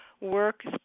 work